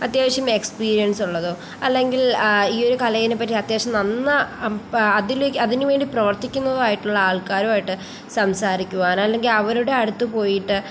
അത്യാവശ്യം എക്സ്പീരിയൻസ് ഉള്ളതോ അല്ലെങ്കിൽ ആ ഈയൊരു കലയിനെപ്പറ്റി അത്യാവശ്യം നന്നായി അതിലേക്ക് അതിനുവേണ്ടി പ്രവർത്തിക്കുന്നതോ ആയിട്ടുള്ള ആൾക്കാരുമായിട്ട് സംസാരിക്കുവാൻ അല്ലെങ്കിൽ അവരുടെ അടുത്തുപോയിട്ട്